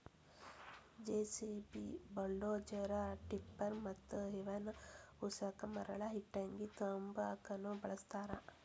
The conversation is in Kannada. ಜೆಸಿಬಿ, ಬುಲ್ಡೋಜರ, ಟಿಪ್ಪರ ಮತ್ತ ಇವನ್ ಉಸಕ ಮರಳ ಇಟ್ಟಂಗಿ ತುಂಬಾಕುನು ಬಳಸ್ತಾರ